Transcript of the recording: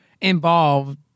involved